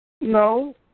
No